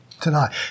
tonight